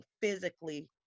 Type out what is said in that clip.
physically